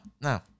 no